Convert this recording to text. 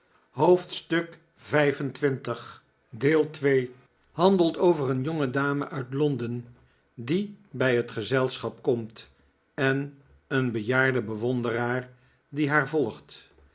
hoofdstuk xxv handelt over een jongedame uit londen die bij het gezelschap komt en een bejaarden bewonderaar die haar volgt